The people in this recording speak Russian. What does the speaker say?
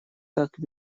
так